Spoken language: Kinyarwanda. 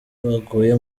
baguye